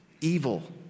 evil